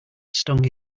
stung